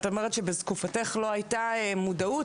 את אומרת שבתקופתך לא הייתה מודעות,